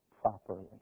properly